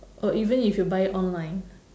uh even if you buy it online